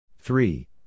Three